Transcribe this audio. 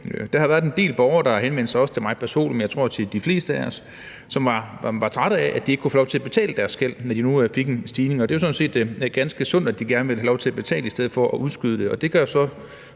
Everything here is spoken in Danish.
Der har været en del borgere, der har henvendt sig – også til mig personligt, men til de fleste af os, tror jeg – som var trætte af, at de ikke kunne for at få lov til at betale deres gæld, når nu de fik en stigning, og det er jo sådan set ganske sundt, at de gerne vil have lov til at betale i stedet for at udskyde det. Og det får man